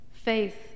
Faith